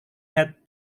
had